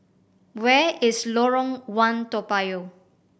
where is Lorong One Toa Payoh